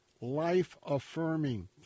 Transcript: life-affirming